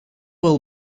will